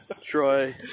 Troy